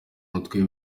mutwe